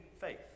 faith